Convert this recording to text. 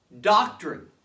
doctrine